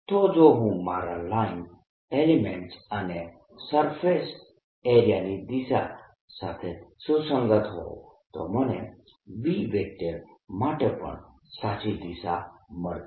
તો જો હું મારા લાઈન એલિમેન્ટસ અને સરફેસ એરિયાની દિશા સાથે સુસંગત હોઉં તો મને B માટે પણ સાચી દિશા મળશે